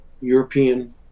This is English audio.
european